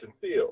Fields